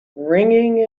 ringing